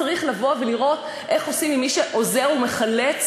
צריך לבוא ולראות מה עושים עם מי שעוזר ומחלץ,